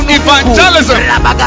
evangelism